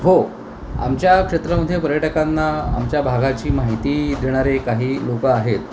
हो आमच्या क्षेत्रामध्ये पर्यटकांना आमच्या भागाची माहिती देणारे काही लोकं आहेत